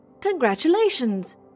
Congratulations